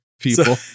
people